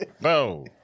no